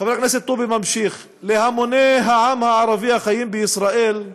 חבר הכנסת טובי ממשיך: להמוני העם הערבי החיים בישראל,